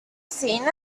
seen